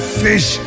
fish